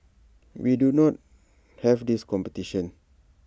we need not have this competition